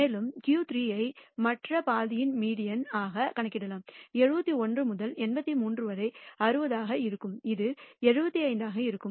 மேலும் Q3 ஐ மற்ற பாதியின் மீடியன் ஆக கணக்கிடலாம் 71 முதல் 83 வரை 60 ஆக இருக்கும் அது 75 ஆக இருக்கும்